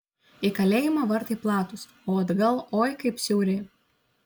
į kalėjimą vartai platūs o atgal oi kaip siauri